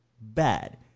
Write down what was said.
bad